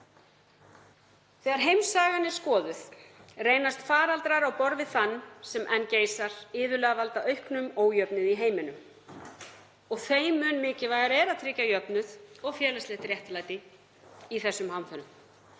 Þegar heimssagan er skoðuð reynast faraldrar á borð við þann sem enn geisar iðulega valda auknum ójöfnuði í heiminum. Þeim mun mikilvægara er að tryggja jöfnuð og félagslegt réttlæti í þessum hamförum.